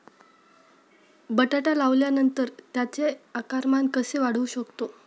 बटाटा लावल्यानंतर त्याचे आकारमान कसे वाढवू शकतो?